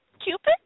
Cupid